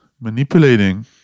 manipulating